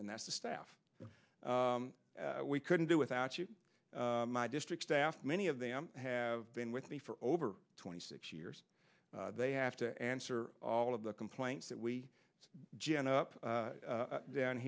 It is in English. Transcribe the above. and that's the staff we couldn't do without you my district staff many of them have been with me for over twenty six years they have to answer all of the complaints that we gena up down